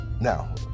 Now